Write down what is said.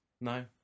no